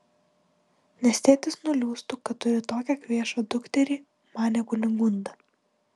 nes tėtis nuliūstų kad turi tokią kvėšą dukterį manė kunigunda